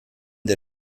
der